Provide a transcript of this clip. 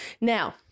Now